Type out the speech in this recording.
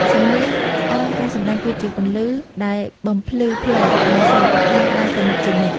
សំនៀងអមការសម្ដែងគឺជាពន្លឺដែលបំភ្លឺផ្លូវឱ្យសិល្បៈខ្មែរដើរទៅមុខជានិច្ច។